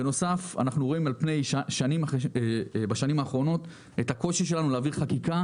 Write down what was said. בנוסף אנחנו רואים בשנים האחרונות את הקושי שלנו להעביר חקיקה